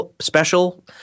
special